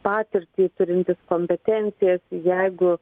patirtį turintys kompetencijas jeigu